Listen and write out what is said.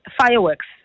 fireworks